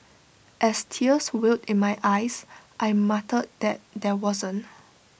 as tears welled in my eyes I muttered that there wasn't